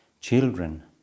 children